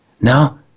Now